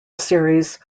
series